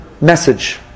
message